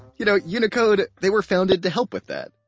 you know, unicode they were founded to help with that.